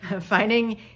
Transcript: Finding